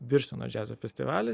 birštono džiazo festivalis